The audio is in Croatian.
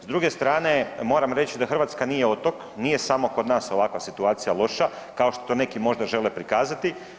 S druge strane moram reći da Hrvatska nije otok, nije samo kod nas ovakva situacija loša kao što neki možda žele prikazati.